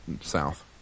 south